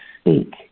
speak